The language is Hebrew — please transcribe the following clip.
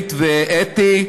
חופית ואתי,